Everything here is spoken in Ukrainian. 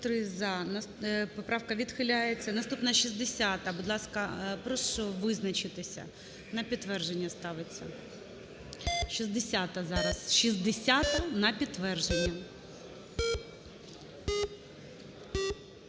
За-43 Поправка відхиляється. Наступна – 60-а. Будь ласка, прошу визначитися. На підтвердження ставиться. 60-а зараз, 60-а - на підтвердження.